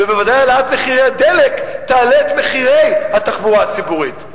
ובוודאי העלאת מחירי הדלק תעלה את מחירי התחבורה הציבורית.